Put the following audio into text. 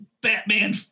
Batman